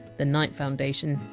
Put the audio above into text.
the knight foundation,